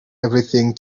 everything